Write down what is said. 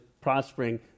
prospering